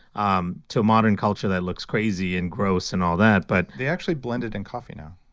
um to a modern culture that looks crazy and gross and all that but they actually blend it in coffee now